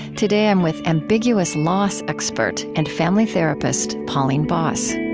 today, i'm with ambiguous loss expert and family therapist pauline boss